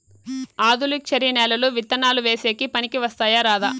ఆధులుక్షరి నేలలు విత్తనాలు వేసేకి పనికి వస్తాయా రాదా?